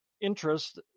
interest